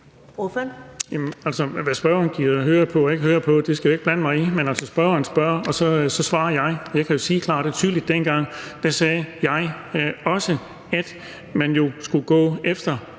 Hvad spørgeren gider at høre på og ikke at høre på, skal jeg ikke blande mig i, men altså spørgeren spørger, og så svarer jeg. Jeg kan sige klart og tydeligt, at dengang sagde jeg også, at man jo skulle gå efter